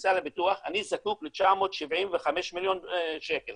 פוטנציאל הפיתוח אני זקוק ל-975 מיליון שקל